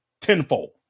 tenfold